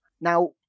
Now